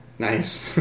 Nice